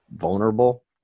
vulnerable